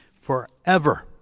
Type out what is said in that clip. forever